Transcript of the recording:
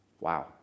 Wow